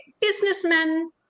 businessmen